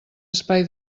espai